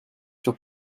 sur